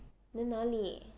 then 哪里